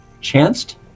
chanced